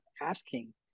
asking